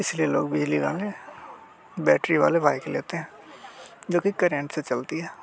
इसलिए लोग बिजली वाले बैटरी वाले बाइक लेते हैं जो कि करेंट से चलती है